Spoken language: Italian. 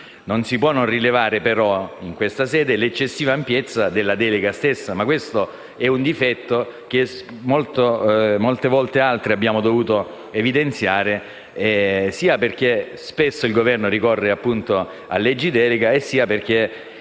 Non si può non rilevare, però, in questa sede, l'eccessiva ampiezza della delega stessa. Ma questo è un difetto che molte altre volte abbiamo dovuto evidenziare, sia perché il Governo spesso ricorre a leggi delega, sia perché